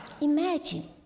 Imagine